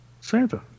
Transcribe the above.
Santa